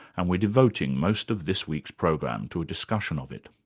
and we're devoting most of this week's program to a discussion of it.